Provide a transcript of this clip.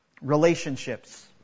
relationships